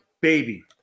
Baby